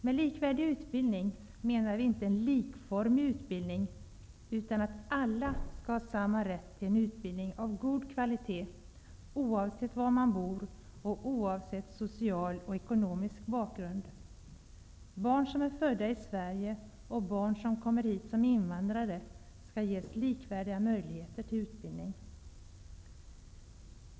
Med likvärdig utbildning menar vi inte en likformig utbildning, utan att alla skall ha samma rätt till en utbildning av god kvalitet, oavsett var man bor och oavsett social och ekonomisk bakgrund. Barn som är födda i Sverige och barn som kommer hit som invandrare skall ges likvärdiga möjligheter till utbildning.